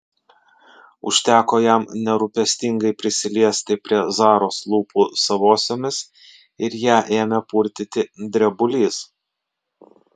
užteko jam nerūpestingai prisiliesti prie zaros lūpų savosiomis ir ją ėmė purtyti drebulys